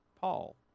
Paul